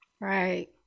Right